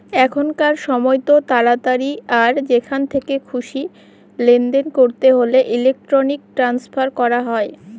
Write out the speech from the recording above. এখনকার সময়তো তাড়াতাড়ি আর যেখান থেকে খুশি লেনদেন করতে হলে ইলেক্ট্রনিক ট্রান্সফার করা হয়